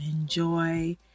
enjoy